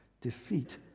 defeat